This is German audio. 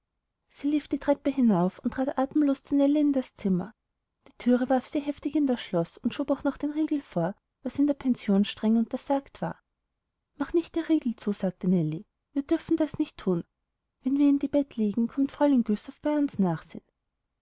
sie lief die treppe hinauf und trat atemlos zu nellie in das zimmer die thüre warf sie heftig in das schloß und schob auch noch den riegel vor was in der pension streng untersagt war mach nicht der riegel zu sagte nellie wir dürfen das nicht thun wenn wir in die bett liegen kommt fräulein güssow bei uns nachsehen